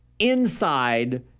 Inside